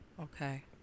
Okay